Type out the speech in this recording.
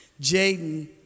Jaden